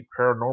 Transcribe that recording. Paranormal